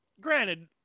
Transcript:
granted